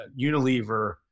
Unilever